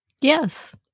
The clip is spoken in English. Yes